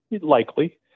Likely